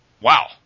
wow